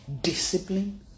discipline